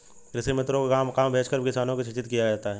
कृषि मित्रों को गाँव गाँव भेजकर किसानों को शिक्षित किया जाता है